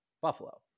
Buffalo